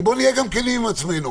בוא נהיה כנים עם עצמנו,